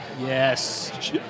Yes